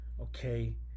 okay